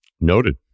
Noted